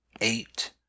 eight